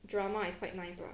drama is quite nice lah